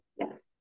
Yes